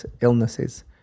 illnesses